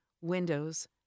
windows